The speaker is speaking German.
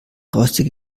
rostige